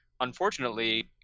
unfortunately